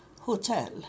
hotel